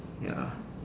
ya